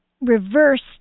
reversed